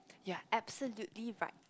you are absolutely right